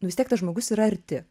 nu vis tiek tas žmogus yra arti